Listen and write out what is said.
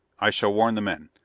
i shall warn the men.